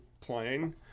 playing